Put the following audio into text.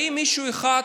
האם מישהו אחד,